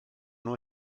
nhw